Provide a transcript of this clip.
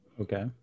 Okay